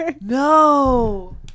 No